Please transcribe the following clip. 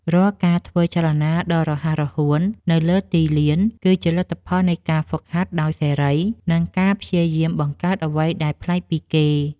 រាល់ការធ្វើចលនាដ៏រហ័សរហួននៅលើទីលាន គឺជាលទ្ធផលនៃការហ្វឹកហាត់ដោយសេរី និងការព្យាយាមបង្កើតអ្វីដែលប្លែកពីគេ។